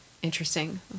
interesting